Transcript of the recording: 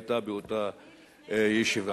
באותה ישיבה.